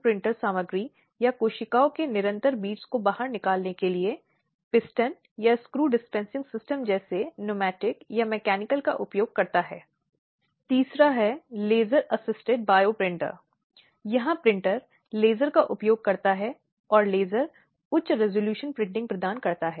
कुप्रथा के सबसे गहन चेहरे के दौरान यह न केवल एक समर्थन तंत्र प्रदान करता है बल्कि समानता के पदों से अधिकारों के लिए बातचीत करने के लिए महिलाओं के लिए उपकरण के रूप में भी पहुंच प्रदान करता है